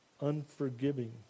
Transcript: unforgiving